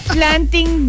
Planting